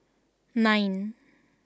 nine